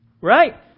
Right